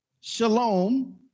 Shalom